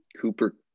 Cooper